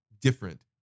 different